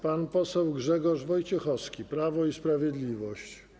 Pan poseł Grzegorz Wojciechowski, Prawo i Sprawiedliwość.